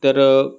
तर